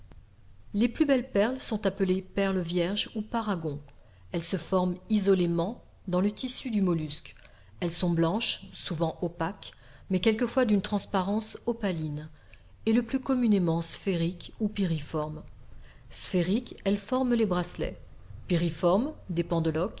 les plus belles perles sont appelées perles vierges ou paragons elles se forment isolément dans le tissu du mollusque elles sont blanches souvent opaques mais quelquefois d'une transparence opaline et le plus communément sphériques ou piriformes sphériques elles forment les bracelets piriformes des